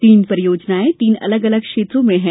तीन परियोजनाएं तीन अलग अलग क्षेत्रों में हैं